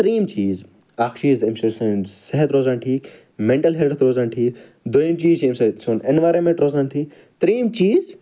تریٚیِم چیٖز اَکھ چیٖز اَمہِ سۭتۍ چھُ سون صحت روزان ٹھیٖک میٚنٹَل ہیٚلٕتھ روزان ٹھیٖک دوٚیِم چیٖز چھُ اَمہِ سۭتۍ سون ایٚنویٚرانمیٚنٛٹ روزان ٹھیٖک تریٚیِم چیٖز